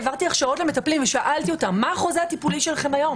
העברתי הכשרות למטפלים ושאלתי אותם: מה החוזה הטיפולי שלכם היום?